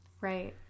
Right